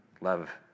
love